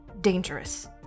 dangerous